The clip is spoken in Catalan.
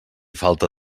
falta